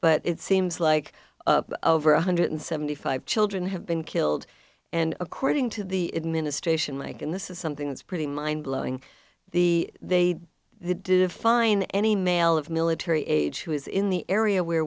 but it seems like one hundred seventy five children have been killed and according to the administration like and this is something that's pretty mind blowing the they do define any male of military age who is in the area where